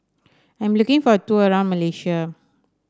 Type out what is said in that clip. I'm looking for a tour around Malaysia